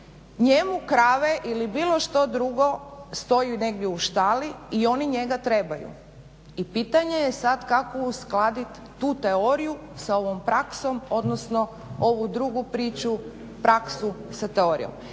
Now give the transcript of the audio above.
Njemu krave ili bilo što drugo stoji negdje u štali i oni njega trebaju. I pitanje je sad kako uskladiti tu teoriju sa ovom praksom, odnosno ovu drugu priču, praksu sa teorijom.